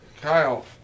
Kyle